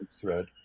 thread